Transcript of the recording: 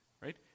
Right